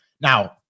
Now